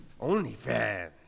OnlyFans